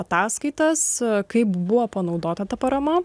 ataskaitas kaip buvo panaudota parama